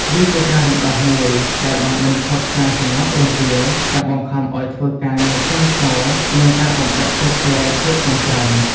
វាជាការរំដោះមួយដែលបានបញ្ឈប់ការសម្លាប់រង្គាល ការបង្ខំឱ្យធ្វើការងារធ្ងន់ធ្ងរ និងការបំបិទសិទ្ធិសេរីភាពទាំងស្រុង។